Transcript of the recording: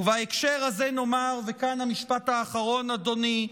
ובהקשר הזה נאמר, וכאן המשפט האחרון, אדוני,